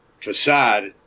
facade